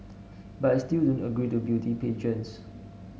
but I still don't agree to beauty pageants